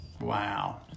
Wow